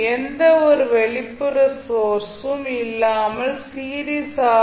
எந்தவொரு வெளிப்புற சொர்ஸும் இல்லாமல் சீரிஸ் ஆர்